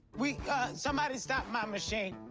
we somebody stop my machine.